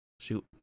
Shoot